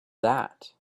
that